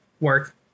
work